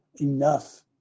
enough